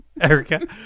Erica